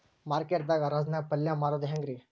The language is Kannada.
ಮಾರ್ಕೆಟ್ ದಾಗ್ ಹರಾಜ್ ನಾಗ್ ಪಲ್ಯ ಮಾರುದು ಹ್ಯಾಂಗ್ ರಿ?